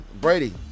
brady